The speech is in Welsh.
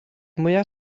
mwyaf